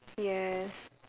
yes